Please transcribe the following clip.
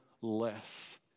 less